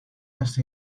este